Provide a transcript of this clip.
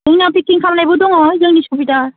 जोंना पेकिं खालायनायबो दङ जोंनि सुबिदा